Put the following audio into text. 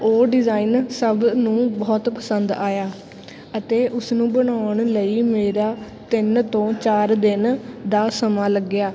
ਉਹ ਡਿਜ਼ਾਇਨ ਸਭ ਨੂੰ ਬਹੁਤ ਪਸੰਦ ਆਇਆ ਅਤੇ ਉਸਨੂੰ ਬਣਾਉਣ ਲਈ ਮੇਰਾ ਤਿੰਨ ਤੋਂ ਚਾਰ ਦਿਨ ਦਾ ਸਮਾਂ ਲੱਗਿਆ